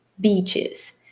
beaches